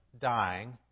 dying